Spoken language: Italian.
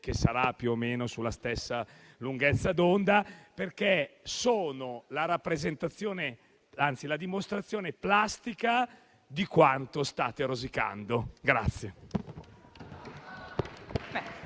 che sarà più o meno sulla stessa lunghezza d'onda, perché sono la dimostrazione plastica di quanto state rosicando.